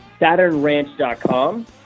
SaturnRanch.com